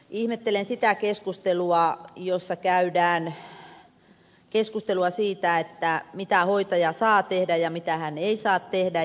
ihmettelen keskustelua siitä mitä hoitaja saa tehdä ja mitä hän ei saa tehdä